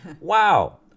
wow